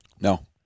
No